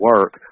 work